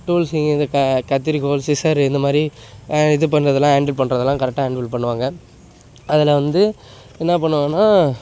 டூல்ஸிங்கு இது க கத்திரிக்கோல் சிஸரு இந்த மாதிரி இது பண்ணுறதெல்லாம் ஹாண்டில் பண்ணுறதெல்லாம் கரெக்டாக ஹாண்டில் பண்ணுவாங்க அதில் வந்து என்ன பண்ணுவாங்கன்னா